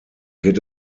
geht